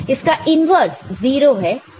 इसका इन्वर्स् 0 है